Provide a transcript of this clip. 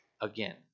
again